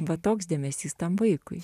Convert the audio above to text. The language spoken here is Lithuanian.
va toks dėmesys tam vaikui